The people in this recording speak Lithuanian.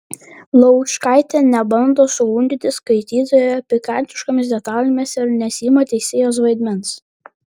laučkaitė nebando sugundyti skaitytojo pikantiškomis detalėmis ir nesiima teisėjos vaidmens